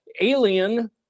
alien